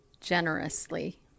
generously